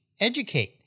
educate